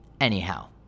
Anyhow